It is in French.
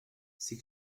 ces